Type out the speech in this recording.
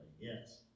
Yes